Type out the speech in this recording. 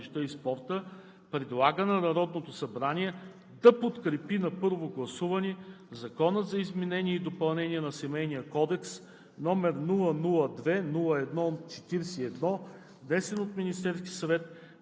„против“ и 1 глас „въздържал се“ Комисията по въпросите на децата, младежта и спорта предлага на Народното събрание да подкрепи на първо гласуване Закон за изменение и допълнение на Семейния кодекс,